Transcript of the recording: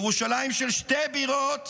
ירושלים של שתי בירות